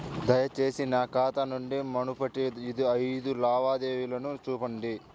దయచేసి నా ఖాతా నుండి మునుపటి ఐదు లావాదేవీలను చూపండి